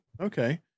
okay